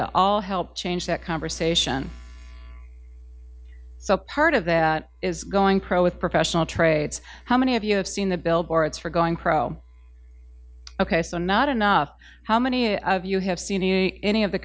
to all help change that conversation so part of that is going pro with professional trades how many of you have seen the billboards for going pro ok so not enough how many of you have seen any of the